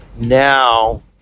Now